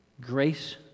grace